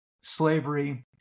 slavery